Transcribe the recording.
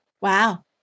Wow